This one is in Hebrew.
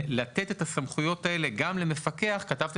לתת את הסמכויות האלה גם למפקח בשינויים